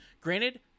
Granted